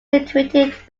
situated